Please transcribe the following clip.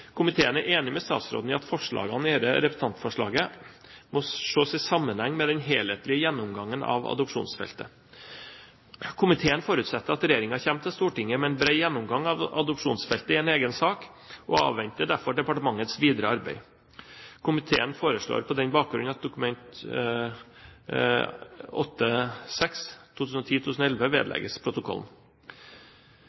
Komiteen er enig med statsråden i at forslagene i dette representantforslaget må ses i sammenheng med den helhetlige gjennomgangen av adopsjonsfeltet. Komiteen forutsetter at regjeringen kommer til Stortinget med en bred gjennomgang av adopsjonsfeltet i en egen sak og avventer derfor departementets videre arbeid. Komiteen foreslår på den bakgrunn at